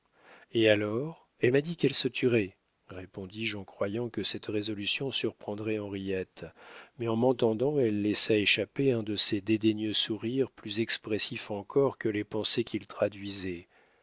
et alors elle m'a dit qu'elle se tuerait répondis-je en croyant que cette résolution surprendrait henriette mais en m'entendant elle laissa échapper un de ces dédaigneux sourires plus expressifs encore que les pensées qu'ils traduisaient